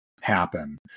happen